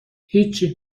هیچی